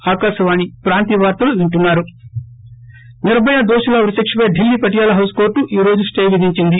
break Nirbhaya దోషుల ఉరిశిక్షపై Delhi Patiala house court ఈ రోజు స్టే విధించింది